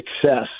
success